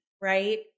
right